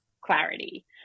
clarity